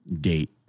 date